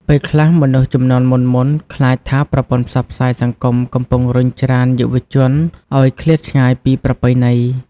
ពេលខ្លះមនុស្សជំនាន់មុនៗ ខ្លាចថាប្រព័ន្ធផ្សព្វផ្សាយសង្គមកំពុងរុញច្រានយុវជនឱ្យឃ្លាតឆ្ងាយពីប្រពៃណី។